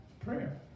prayer